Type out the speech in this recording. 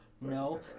No